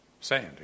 sand